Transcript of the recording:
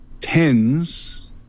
Tens